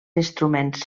instruments